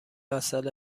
عسل